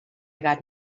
got